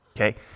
okay